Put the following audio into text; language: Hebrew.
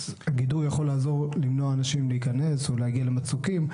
אז גידור יכול לעזור למנוע מאנשים להיכנס או להגיע למצוקים,